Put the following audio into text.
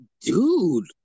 dude